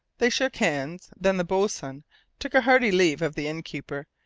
they shook hands. then the boatswain took a hearty leave of the innkeeper,